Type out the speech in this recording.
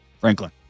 Franklin